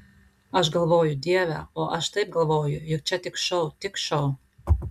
aš galvoju dieve o aš taip galvoju juk čia tik šou tik šou